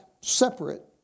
separate